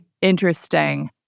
Interesting